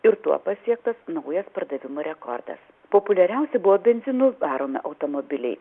ir tuo pasiektas naujas pardavimų rekordas populiariausi buvo benzinu varomi automobiliai